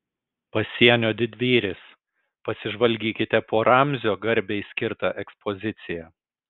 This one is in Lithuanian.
pasienio didvyris pasižvalgykite po ramzio garbei skirtą ekspoziciją